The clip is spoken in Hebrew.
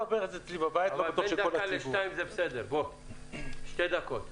בין דקה לשתיים, זה בסדר, שתי דקות.